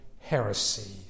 heresy